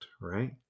right